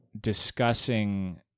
discussing